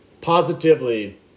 positively